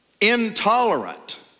intolerant